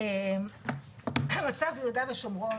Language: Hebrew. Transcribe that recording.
אדוני היושב-ראש,